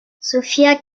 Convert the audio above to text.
sofia